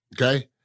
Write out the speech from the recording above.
Okay